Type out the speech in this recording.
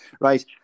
right